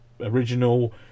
original